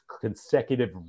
consecutive